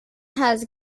has